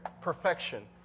Perfection